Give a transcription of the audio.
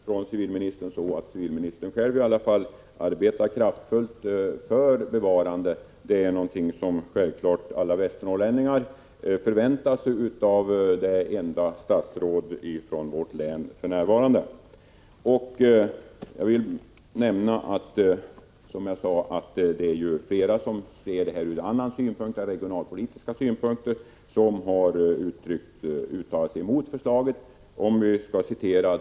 Fru talman! Jag hoppas att jag kan tolka svaret så att civilministern själv i varje fall arbetar kraftfullt för bevarandet. Det är något som alla västernorrlänningar förväntar sig av det enda statsrådet från vårt län. Jag vill nämna att det är många som ser på frågan ur andra än regionalpolitiska synpunkter och som har uttalat sig mot förslaget.